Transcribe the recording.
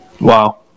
Wow